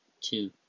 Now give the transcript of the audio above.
two